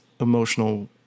emotional